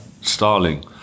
Starling